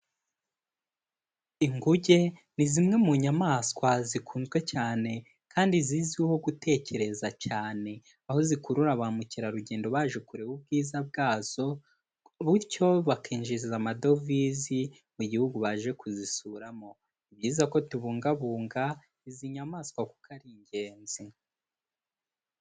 Inguge ni zimwe mu nyamaswa zikunzwe cyane kandi zizwiho gutekereza cyane, aho zikurura ba mukerarugendo baje kureba ubwiza bwazo bityo bakinjiza amadovizi mu gihugu baje kuzisuramo, ni byiza ko tubungabunga izi nyamaswa kuko ari ingenzi.